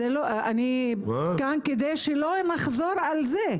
אני כאן כדי שלא נחזור על זה.